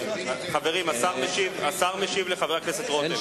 חברים, השר משיב לחבר הכנסת רותם.